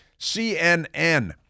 CNN